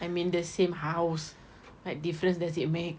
I'm in the same house [what] difference does it make